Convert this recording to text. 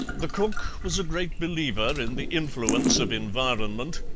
the cook was a great believer in the influence of environment,